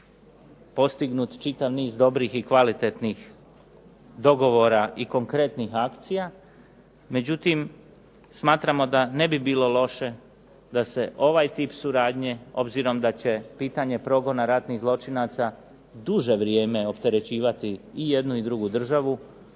postignut čitav niz dobrih i kvalitetnih dogovora i konkretnih akcija, međutim smatramo da ne bi bilo loše da se ovaj tip suradnje obzirom da će pitanje progona ratnih zločinaca duže vrijeme opterećivati i jednu i drugu državu